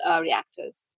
reactors